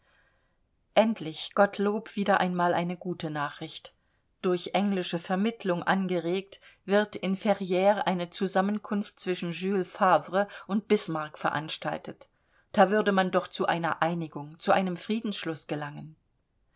endlich gottlob wieder einmal eine gute nachricht durch englische vermittelung angeregt wird in ferrires eine zusammenkunft zwischen jules favre und bismarck veranstaltet da würde man doch zu einer einigung zu einem friedensschluß gelangen